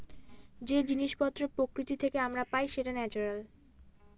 যে জিনিস পত্র প্রকৃতি থেকে আমরা পাই সেটা ন্যাচারাল